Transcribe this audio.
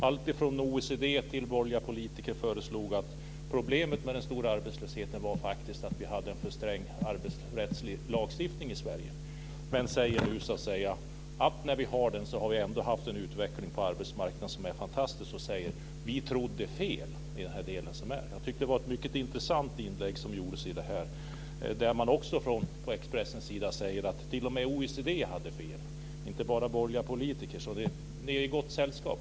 Alltifrån OECD till borgerliga politiker sade att problemet med den stora arbetslösheten faktiskt var att vi hade en alltför sträng arbetsrättslig lagstiftning i Sverige men nu säger man att vi trots det har haft en fantastisk utveckling på arbetsmarknaden. Man säger: Vi trodde fel i den delen. Jag tycker att det var ett mycket intressant inlägg där man också från Expressens sida alltså säger att t.o.m. OECD hade fel, inte bara borgerliga politiker. Ni är alltså i gott sällskap.